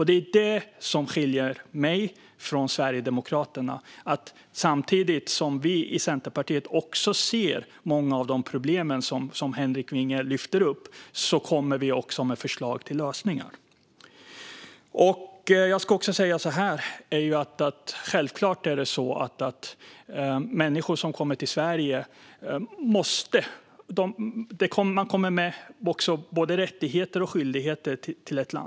Det är det som skiljer mig från Sverigedemokraterna - samtidigt som vi i Centerpartiet ser många av de problem som Henrik Vinge lyfter fram kommer vi också med förslag till lösningar. Självklart är det så att människor som kommer till Sverige har både rättigheter och skyldigheter.